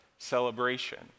celebration